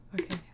Okay